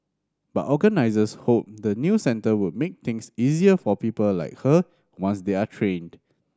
but organisers hope the new centre will make things easier for people like her once they are trained